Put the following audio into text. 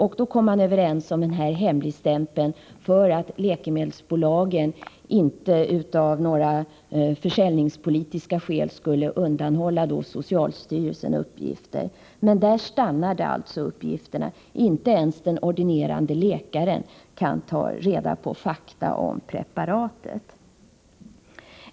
Man kom då överens om hemligstämpeln för att läkemedelsbolagen, av försäljningspolitiska skäl, inte skulle undanhålla socialstyrelsen uppgifter. Men där har alltså uppgifterna stannat. Inte ens den ordinerande läkaren kan ta reda på fakta om ett visst preparat.